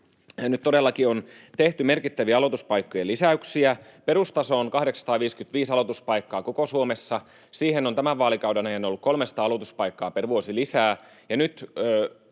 todellakin on tehty merkittäviä aloituspaikkojen lisäyksiä. Perustaso on 855 aloituspaikkaa koko Suomessa. Siihen on tämän vaalikauden ajan ollut 300 aloituspaikkaa per vuosi lisää,